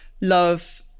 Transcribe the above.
love